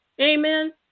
Amen